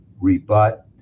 rebut